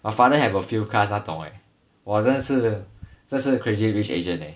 my father have a few cars 他懂 leh !wah! 真的是真的是 crazy rich asian eh